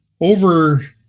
Over